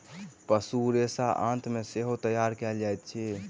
पशु रेशा आंत सॅ सेहो तैयार कयल जाइत अछि